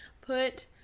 put